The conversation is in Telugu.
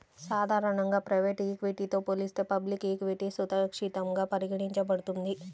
సాధారణంగా ప్రైవేట్ ఈక్విటీతో పోలిస్తే పబ్లిక్ ఈక్విటీ సురక్షితంగా పరిగణించబడుతుంది